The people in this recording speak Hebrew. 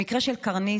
במקרה של קרניזם,